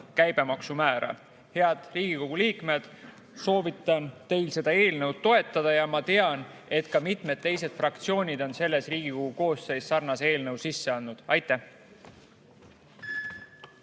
käibemaksu määra. Head Riigikogu liikmed! Soovitan teil seda eelnõu toetada. Ja ma tean, et ka mitmed teised fraktsioonid on selles Riigikogu koosseisus sarnase eelnõu sisse andnud. Aitäh!